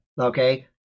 okay